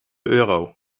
euro